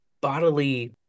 bodily